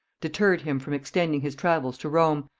deterred him from extending his travels to rome,